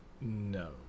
No